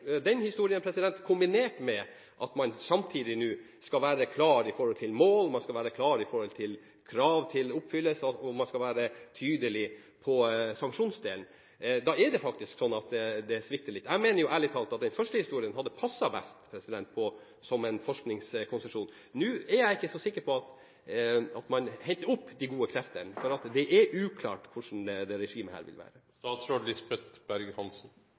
være klar på mål, man skal være klar på krav til oppfyllelse, og man skal være tydelig på sanksjonsdelen, svikter faktisk litt. Jeg mener ærlig talt at den første historien hadde passet best som en forskningskonsesjon. Nå er jeg ikke så sikker på at man henter opp de gode kreftene, for det er uklart hvordan dette regimet vil være. For å være sylskarpt formell vil jeg understreke at jeg er inhabil i det som foregår i rettsapparatet og vil selvfølgelig ikke kommentere det. Men når det blir sagt fra representanten Bakke-Jensen at her